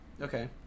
Okay